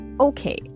Okay